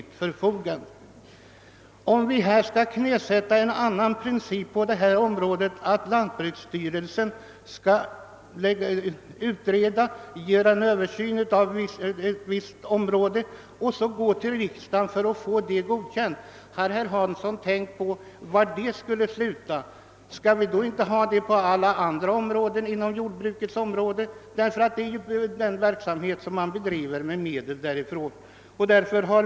Har herr Hansson tänkt på var det skulle sluta om vi knäsatte en ny princip, att lantbruksstyrelsen skall göra en översyn av ett visst område och sedan gå till riksdagen för att få förslaget godkänt? Måste inte då samma ordning gälla på alla andra områden inom jordbruket där verksamhet bedrivs med medel från lantbruksstyrelsen?